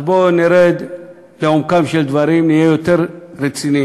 אז בואו נרד לעומקם של דברים, נהיה יותר רציניים.